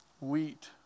Wheat